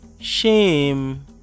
shame